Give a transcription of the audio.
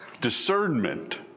discernment